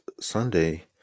Sunday